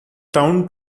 towed